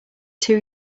two